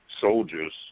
soldiers